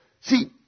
See